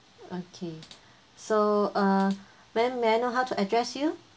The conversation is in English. okay so uh ma'am may I know how to address you